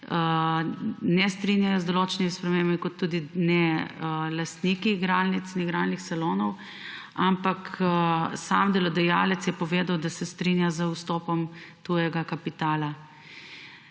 ne strinjajo z določenimi spremembami in tudi ne lastniki igralnic in igralnih salonov, ampak sam delodajalec je povedal, da se strinja z vstopom tujega kapitala,